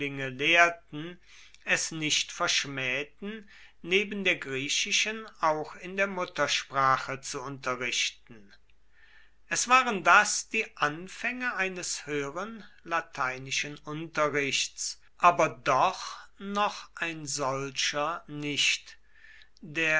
es nicht verschmähten neben der griechischen auch in der muttersprache zu unterrichten es waren das die anfänge eines höheren lateinischen unterrichts aber doch noch ein solcher nicht